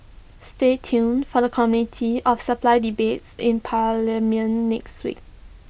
stay tuned for the committee of supply debates in parliament next week